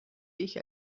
ich